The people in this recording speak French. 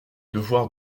devoir